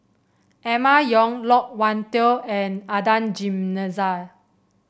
Emma Yong Loke Wan Tho and Adan Jimenez